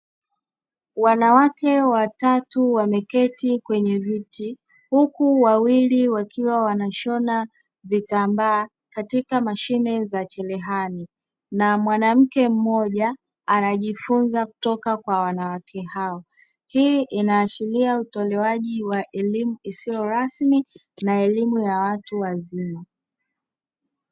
Wanawake watatu wameketi kwenye viti huku wawili wakiwa wanashona vitambaa katika mashine za cherehani, na mwanamke mmoja anajifunza kutoka kwa wanawake hawa. hii inaashiria utolewaji wa elimu isiyo rasmi na elimu ya watu waima.